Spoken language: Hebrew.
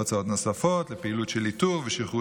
הוצאות נוספות לפעילות של איתור ושחרור